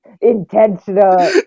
intentional